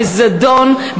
בזדון,